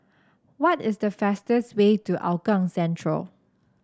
what is the fastest way to Hougang Central